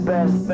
Best